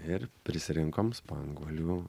ir prisirinkom spanguolių